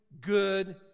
good